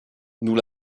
nous